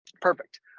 Perfect